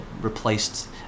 replaced